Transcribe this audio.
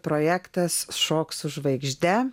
projektas šok su žvaigžde